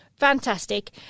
fantastic